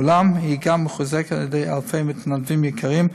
אולם היא גם מחוזקת על ידי אלפי מתנדבים יקרים,